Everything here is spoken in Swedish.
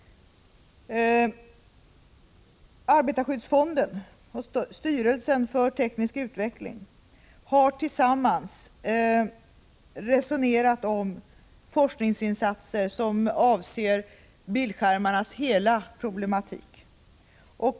Arbetarskyddsfonden och styrelsen för teknisk utveckling har tillsammans resonerat om forskningsinsatser som avser bildskärmarnas hela problematik.